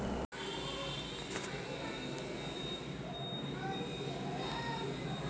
शेतीले पुरक जोडधंदा शेळीपालन करायचा राह्यल्यास कोनच्या योजनेतून होईन?